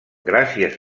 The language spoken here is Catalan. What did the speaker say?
gràcies